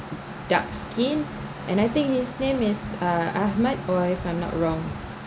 dark skin and I think his name is ah Ahmad if I'm not wrong